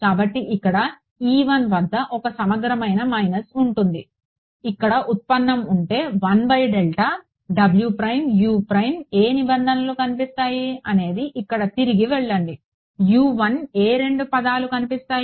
కాబట్టి ఇక్కడ వద్ద ఒక సమగ్రమైన మైనస్ ఉంటుంది ఇక్కడ ఉత్పన్నం అంటే ఏ నిబంధనలు కనిపిస్తాయి అనేది ఇక్కడ తిరిగి వెళ్లండి ఏ రెండు పదాలు కనిపిస్తాయి